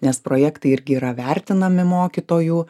nes projektai irgi yra vertinami mokytojų